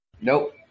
Nope